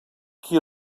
qui